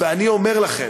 ואני אומר לכם,